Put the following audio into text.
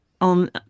on